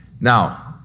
Now